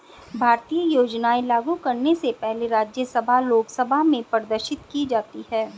भारतीय योजनाएं लागू करने से पहले राज्यसभा लोकसभा में प्रदर्शित की जाती है